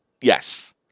Yes